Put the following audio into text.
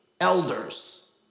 Elders